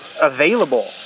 available